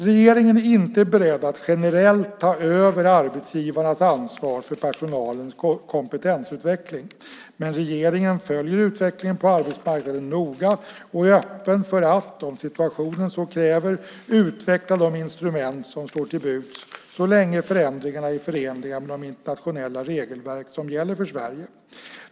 Regeringen är inte beredd att generellt ta över arbetsgivarnas ansvar för personalens kompetensutveckling. Men regeringen följer utvecklingen på arbetsmarknaden noga och är öppen för att, om situationen så kräver, utveckla de instrument som står till buds så länge förändringarna är förenliga med de internationella regelverk som gäller för Sverige.